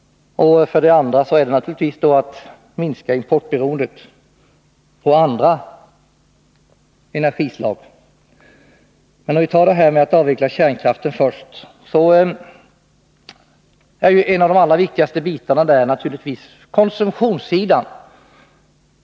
Den andra är att minska importbero endet när det gäller andra energislag. Om vi tar upp frågan om att avveckla kärnkraften först, så är en av de allra viktigaste bitarna naturligtvis konsumtionssidan.